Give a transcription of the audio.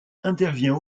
intervient